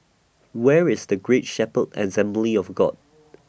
Where IS Great Shepherd Assembly of God